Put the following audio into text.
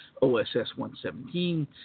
OSS-117